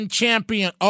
champion